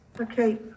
Okay